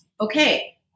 okay